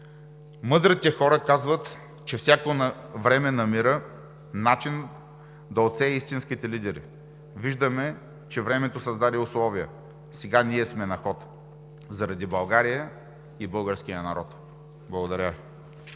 Мъдрите хора казват, че всяко време намира начин да отсее истинските лидери. Виждаме, че времето създаде условия. Сега ние сме на ход, заради България и българския народ. Благодаря